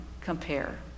compare